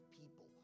people